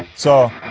so.